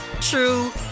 true